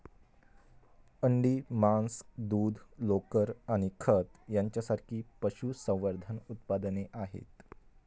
अंडी, मांस, दूध, लोकर आणि खत यांसारखी पशुसंवर्धन उत्पादने आहेत